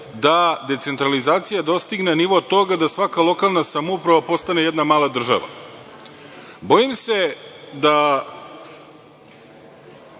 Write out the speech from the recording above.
da decentralizacija dostigne nivo toga da svaka lokalna samouprava postane jedna mala država. Bojim se da,